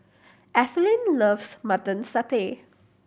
Ethelyn loves Mutton Satay